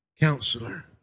Counselor